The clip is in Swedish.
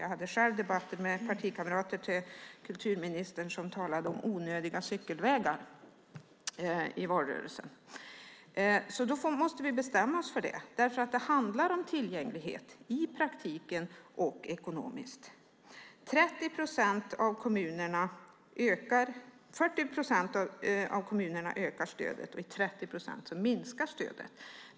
Jag hade själv debatter med partikamrater till kulturministern som i valrörelsen talade om onödiga cykelvägar. Då måste vi bestämma oss för det. Det handlar om tillgänglighet i praktiken och ekonomiskt. I 40 procent av kommunerna ökar stödet, och i 30 procent minskar stödet.